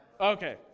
Okay